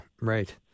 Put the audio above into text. Right